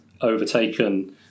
overtaken